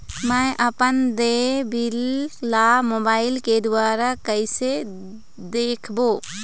मैं अपन देय बिल ला मोबाइल के द्वारा कइसे देखबों?